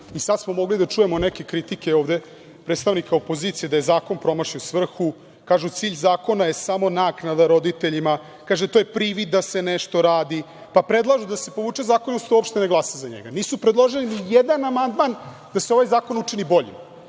i sad smo mogli da čujemo neke kritike ovde predstavnika opozicije da je zakon promašio svrhu, kažu - cilj zakona je samo naknada roditeljima, kažu - to je privid da se nešto radi, pa predlažu da se povuče zakon i da se uopšte ne glasa za njega, a nisu predložili nijedan amandman da se ovaj zakon učini boljim,